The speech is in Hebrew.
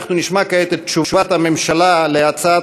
אנחנו נשמע כעת את תשובת הממשלה על הצעת